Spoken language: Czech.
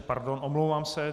Pardon, omlouvám se.